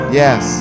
yes